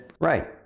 right